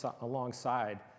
alongside